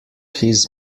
his